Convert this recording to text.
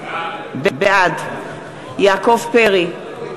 בעד יעקב פרי,